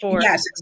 Yes